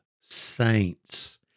saints